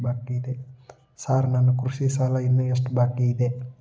Sir ನನ್ನ ಕೃಷಿ ಸಾಲ ಇನ್ನು ಎಷ್ಟು ಬಾಕಿಯಿದೆ?